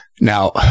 now